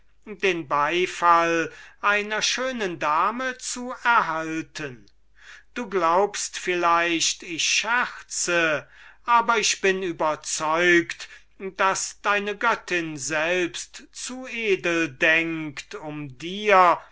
den beifall einer schönen dame zu erhalten du glaubest vielleicht ich scherze aber ich bin überzeugt daß deine göttin selbst zu edel denkt um dir